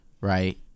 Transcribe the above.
Right